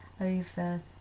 over